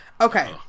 Okay